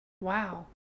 Wow